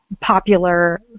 popular